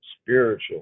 spiritual